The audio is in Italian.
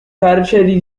carceri